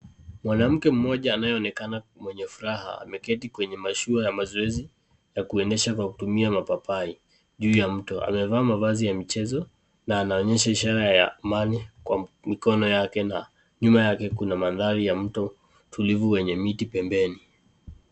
Mwanamke mmoja anayeonekana mwenye furaha ameketi kwenye mashua ya mazoezi ya kuendesha kwa kutumia mapapai juu ya mto. Amevaa mavazi ya michezo na anaonyesha ishara ya amani kwa mikono yake na nyuma yake kuna mandhari ya mto tulivu wenye miti pembeni.